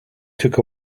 took